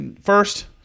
first